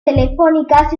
telefónicas